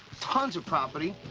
tons of property,